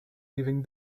giving